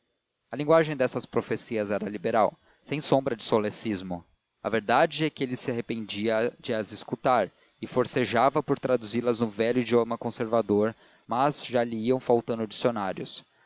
a linguagem dessas profecias era liberal sem sombra de solecismo verdade é que ele se arrependia de as escutar e forcejava por traduzi las no velho idioma conservador mas já lhe iam faltando dicionários